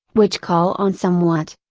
which call on somewhat,